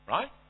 Right